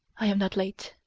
i am not late.